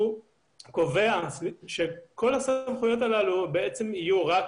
הוא קובע שכל הסמכויות הללו יהיו רק